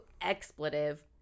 expletive